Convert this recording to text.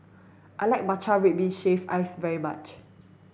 I like Matcha Red Bean Shaved Ice very much